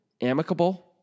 amicable